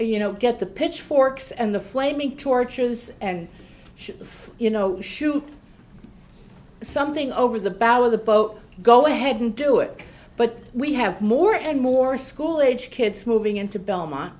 you know get the pitchforks and the flaming torches and shit you know shoot something over the bow of the boat go ahead and do it but we have more and more school age kids moving into belmont